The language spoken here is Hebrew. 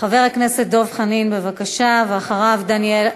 חבר הכנסת דב חנין, בבקשה, ואחריו, דניאל,